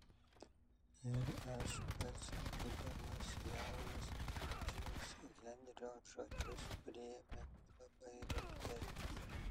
ir aš pats būdamas jaunas šiuos henrio žodžius priėmiau labai rimtai